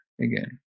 again